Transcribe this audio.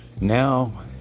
now